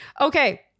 Okay